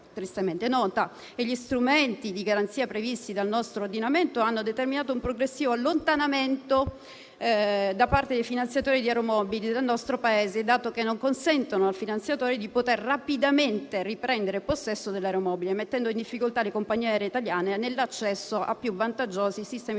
gli strumenti di garanzia previsti dal nostro ordinamento hanno determinato un progressivo allontanamento da parte dei finanziatori di aeromobili dal nostro Paese, dato che non consentono al finanziatore di poter rapidamente riprendere possesso dell'aeromobile, mettendo in difficoltà le compagnie aeree italiane nell'accesso ai più vantaggiosi sistemi di